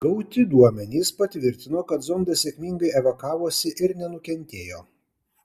gauti duomenys patvirtino kad zondas sėkmingai evakavosi ir nenukentėjo